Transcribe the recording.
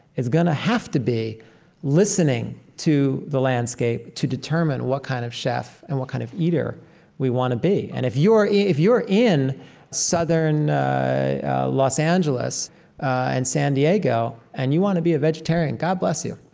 it's going to have to be listening to the landscape to determine what kind of chef and what kind of eater we want to be. and if you're if you're in southern los angeles and san diego and you want to be a vegetarian, god bless you.